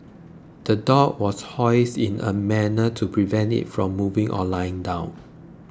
the dog was hoisted in a manner to prevent it from moving or lying down